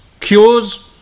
cures